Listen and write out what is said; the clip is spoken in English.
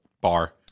bar